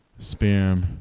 spam